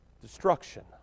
Destruction